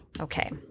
okay